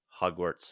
Hogwarts